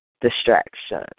distraction